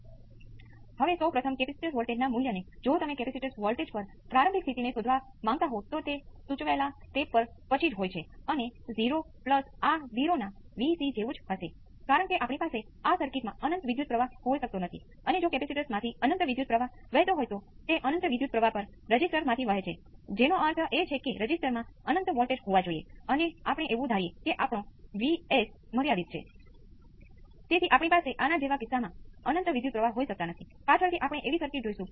તેથી હું તમને ભારપૂર્વક વિનંતી કરું છું કે તમે ત્રણેય પદ્ધતિઓ અજમાવી જુઓ આ સૌ પ્રથમ એક ખૂબ જ સરળ સર્કિટ છે